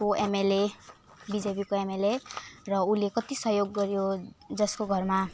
को एमएलए बिजेपीको एमएलए र उसले कति सहयोग गर्यो जसको घरमा